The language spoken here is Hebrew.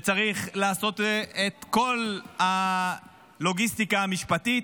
וצריך לעשות את כל הלוגיסטיקה המשפטית,